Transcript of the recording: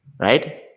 Right